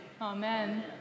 Amen